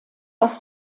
aus